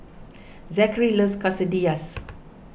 Zakary loves Quesadillas